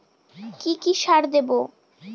কি কি সার দেবো?